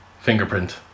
fingerprint